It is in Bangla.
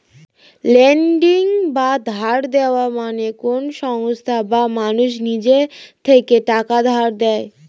লেন্ডিং বা ধার দেওয়া মানে কোন সংস্থা বা মানুষ নিজের থেকে টাকা ধার দেয়